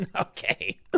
Okay